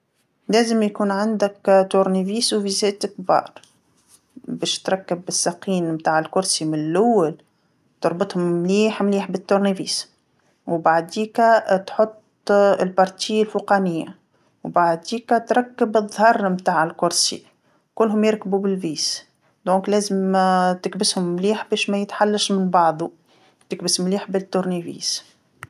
لازم يكون عندك مفك البراغي وبراغي كبار، باش تركب الساقين متاع الكرسي من اللول، تربطهم مليح مليح بمفك البراغي، وبعديكا تحط الجزء الفوقانيه، وبعديكا تركب الظهر متاع الكرسي، كلهم يركبو بالبرغي، إذن لازم تكبسهم مليح باش مايتحلش من بعضو، تكبس مليح بمفك البراغي.